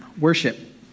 worship